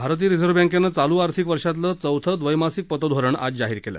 भारतीय रिझर्व्ह बँकेनं चालू आर्थिक वर्षातलं चौथं द्वैमासिक पतधोरण आज जाहीर केलं